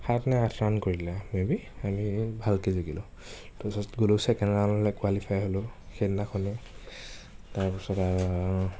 সাত নে আঠ ৰাণ কৰিলে মেবি আমি ভালকৈ জিকিলোঁ তাৰ পিছত গ'লো চেকেণ্ড ৰাউণ্ডলৈ কোৱালিফাই হ'লো সেইদিনাখনেই তাৰ পিছত আৰু